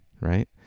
right